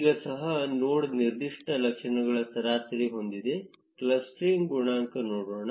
ಈಗ ಸಹ ನೋಡ್ ನಿರ್ದಿಷ್ಟ ಲಕ್ಷಣಗಳು ಸರಾಸರಿ ಹೊಂದಿದೆ ಕ್ಲಸ್ಟರಿಂಗ್ ಗುಣಾಂಕ ನೋಡೋಣ